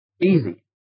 easy